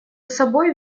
собой